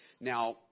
Now